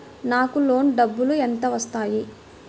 నాకు లోన్ డబ్బులు ఎంత వస్తాయి?